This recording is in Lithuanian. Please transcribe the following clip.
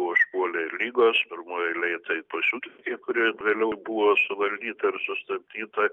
buvo užpuolę ir ligos pirmojoj eilėj tai pasiutętie kurie vėliau buvo suvaldyta ir sustabdyta